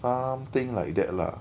something like that lah